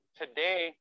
today